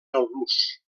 blues